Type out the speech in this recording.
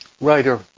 writer